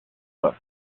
book